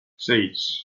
seis